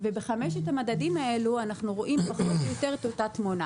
בחמשת המדדים האלו אנחנו רואים פחות או יותר את אותה תמונה